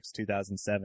2007